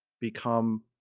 become